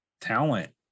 talent